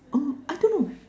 oh I don't know